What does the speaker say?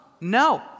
No